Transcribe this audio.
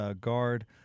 guard